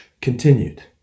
continued